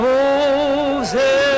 Moses